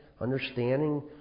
understanding